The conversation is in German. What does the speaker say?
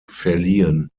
verliehen